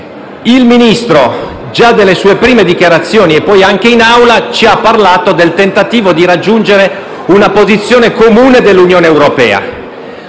Il Ministro già nelle sue prime dichiarazioni e poi anche in Assemblea ci ha parlato del tentativo di raggiungere una posizione comune dell'Unione europea.